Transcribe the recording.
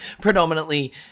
predominantly